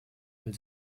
weil